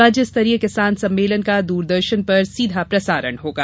राज्य स्तरीय किसान सम्मेलन का दूरदर्शन पर सीधा प्रसारण होगा